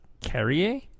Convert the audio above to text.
Carrier